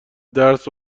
درس